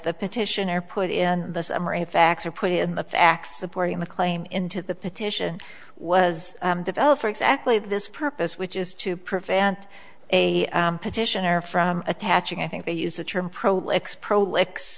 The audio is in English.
the petitioner put in the summer a fax or put in the facts supporting the claim into the petition was developed for exactly this purpose which is to prevent a petitioner from attaching i think they use the term proli